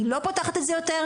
אני לא פותחת את זה יותר.